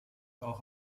auch